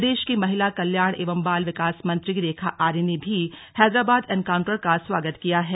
प्रदेश की महिला कल्याण एवं बाल विकास मंत्री रेखा आर्य ने भी हैदराबाद एनकाउंटर का स्वागत किया है